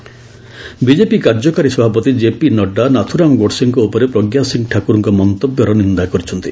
Nadda Pragya BJP କାର୍ଯ୍ୟକାରୀ ସଭାପତି କେପି ନଡ୍ରା ନାଥୁରାମ୍ ଗୋଡ୍ସେଙ୍କ ଉପରେ ପ୍ରଜ୍ଞା ସିଂ ଠାକ୍ରରଙ୍କ ମନ୍ତବ୍ୟର ନିନ୍ଦା କରିଛନ୍ତି